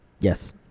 Yes